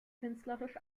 künstlerisch